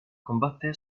combatté